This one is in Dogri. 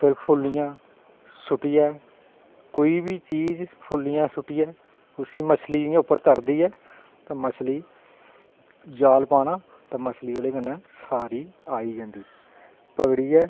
ते फुल्लियां सुट्टियै कोई बी चीज़ फुल्लियां सुट्टियै उसी मच्छली इंया तरदी ऐ तां मच्छली ते जाल पाना तां मच्छली सारी ओह्दे कन्नै आई जंदी पकड़ियै